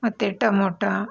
ಮತ್ತೆ ಟೊಮೊಟಾ